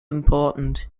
important